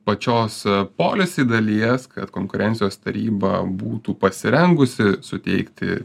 pačios policy dalies kad konkurencijos taryba būtų pasirengusi suteikti